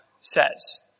says